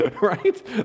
right